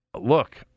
Look